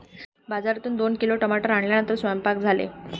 बाजारातून दोन किलो टमाटर आणल्यानंतर सेवन्पाक झाले